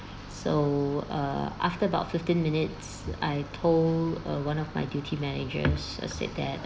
so uh after about fifteen minutes I told uh one of my duty managers uh said that